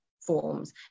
forms